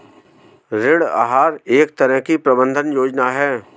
ऋण आहार एक तरह की प्रबन्धन योजना है